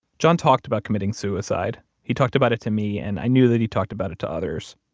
john talked about committing suicide. he talked about it to me, and i knew that he talked about it to others.